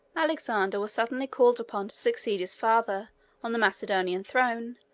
a lexander was suddenly called upon to succeed his father on the macedonian throne,